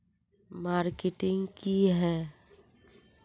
Marketing की है?